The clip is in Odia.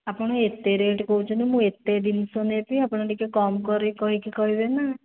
ଆପଣ ଏତେ ରେଟ୍ କହୁଛନ୍ତି ମୁଁ ଏତେ ଜିନିଷ ନେବି ଆପଣ ଟିକିଏ କମ୍ କରିକି କହିବେ ନା